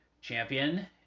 Champion